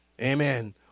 Amen